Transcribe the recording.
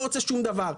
אנחנו לא רוצים שום דבר.